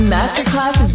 Masterclass